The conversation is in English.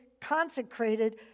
consecrated